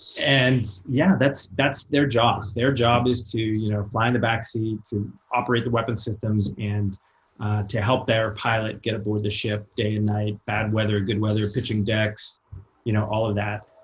and yeah, that's that's their job. their job is to you know fly in and the back seat, to operate the weapons systems, and to help their pilot get aboard the ship day and night, bad weather, good weather, pitching decks you know all of that.